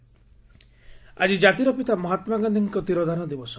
PM Gandhi ଆକି କାତିର ପିତା ମହାତ୍ମାଗାନ୍ଧିଙ୍କ ତିରୋଧାନ ଦିବସ